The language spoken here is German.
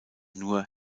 nur